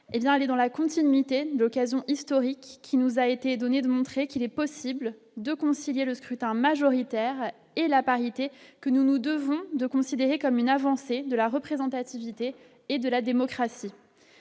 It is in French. les, dans la continuité d'occasion historique qui nous a été donnée de montrer qu'il est possible de concilier le scrutin majoritaire et la parité que nous nous devons de considérer comme une avancée de la représentativité et de la démocratie,